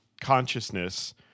consciousness